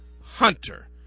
Hunter